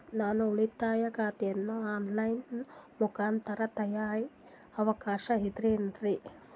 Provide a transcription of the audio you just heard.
ನಾನು ಉಳಿತಾಯ ಖಾತೆಯನ್ನು ಆನ್ ಲೈನ್ ಮುಖಾಂತರ ತೆರಿಯೋ ಅವಕಾಶ ಐತೇನ್ರಿ?